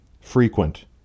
frequent